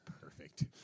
perfect